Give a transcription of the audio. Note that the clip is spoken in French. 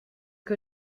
que